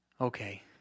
okay